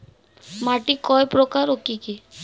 মাটি কয় প্রকার ও কি কি?